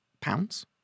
pounds